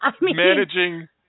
managing